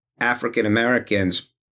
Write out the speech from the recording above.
African-Americans